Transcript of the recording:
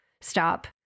stop